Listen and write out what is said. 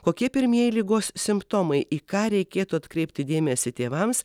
kokie pirmieji ligos simptomai į ką reikėtų atkreipti dėmesį tėvams